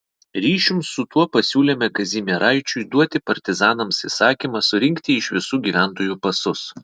ryšium su tuo pasiūlėme kazimieraičiui duoti partizanams įsakymą surinkti iš visų gyventojų pasus